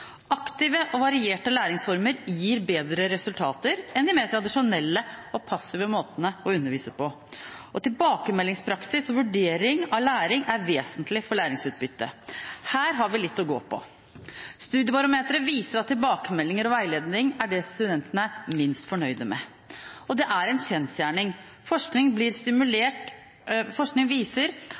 Aktive og varierte læringsformer gir bedre resultater enn de mer tradisjonelle og passive måtene å undervise på. Tilbakemeldingspraksis og vurdering av læring er vesentlig for læringsutbyttet. Her har vi litt å gå på. Studiebarometeret viser at tilbakemelding og veiledning er det studentene er minst fornøyd med. Det er en kjensgjerning at forskning viser